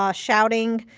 ah shouting,